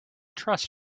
trust